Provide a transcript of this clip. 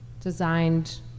designed